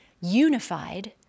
unified